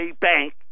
bank